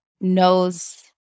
knows